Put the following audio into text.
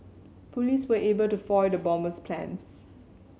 police were able to foil the bomber's plans